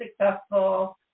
successful